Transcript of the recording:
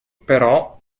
però